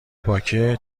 پاکه